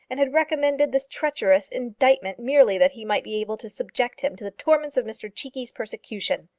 and had recommended this treacherous indictment merely that he might be able to subject him to the torments of mr cheekey's persecution.